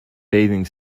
bathing